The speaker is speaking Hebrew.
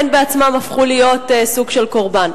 הן עצמן הפכו להיות סוג של קורבן.